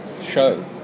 show